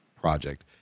project